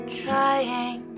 trying